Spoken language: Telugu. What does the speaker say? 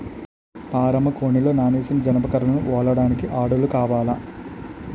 పారమ్మ కోనేరులో నానేసిన జనప కర్రలను ఒలడానికి ఆడోల్లు కావాల